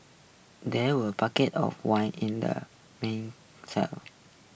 there were bucket of wine in the main cellar